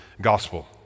gospel